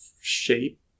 shape